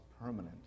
permanent